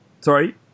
Sorry